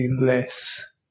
less